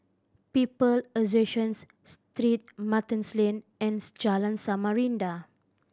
People Associations Street Martin's Lane and Jalan Samarinda